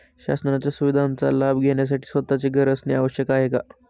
शासनाच्या सुविधांचा लाभ घेण्यासाठी स्वतःचे घर असणे आवश्यक आहे का?